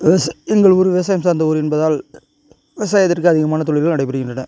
விவசா எங்கள் ஊர் விவசாயம் சார்ந்த ஊரு என்பதால் விவசாயத்திற்கு அதிகமான தொழில்கள் நடைபெறுகின்றன